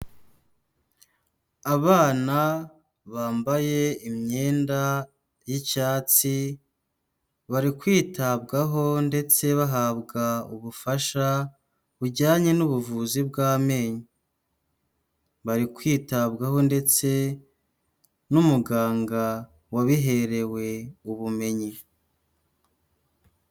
Abana bambaye imyenda y'icyatsi bari kwitabwaho ndetse bahabwa ubufasha bujyanye n'ubuvuzi bw'amenyo, bari kwitabwaho ndetse n'umuganga wabiherewe ubumenyi.